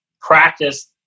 practice